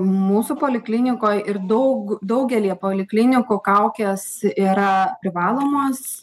mūsų poliklinikoj ir daug daugelyje poliklinikų kaukės yra privalomos